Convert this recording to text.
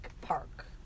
Park